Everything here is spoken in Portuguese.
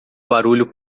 barulho